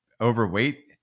overweight